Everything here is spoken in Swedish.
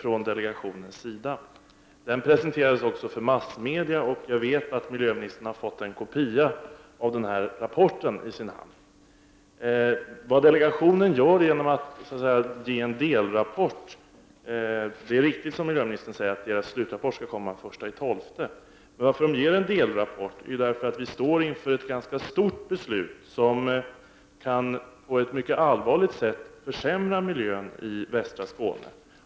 Rapporten har presenterats för massmedia, och jag vet att miljöministern har fått en kopia i sin hand. Det är riktigt som miljöministern säger, att en slutrapport skall komma senast den 1 december. Att delegationen ger ut en delrapport beror på att vi står inför ett stort beslut, som på ett allvarligt sätt kan försämra miljön i västra Skåne.